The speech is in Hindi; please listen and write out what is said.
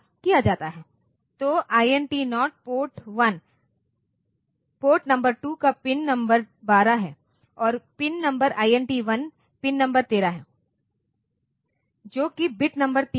तो INT 0 पोर्ट नंबर 2 का पिन नंबर 12 है और pin number INT 1 pin number 13 है जो कि बिट नंबर 3 है